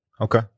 Okay